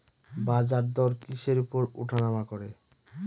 বাজারদর কিসের উপর উঠানামা করে?